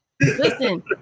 Listen